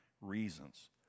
reasons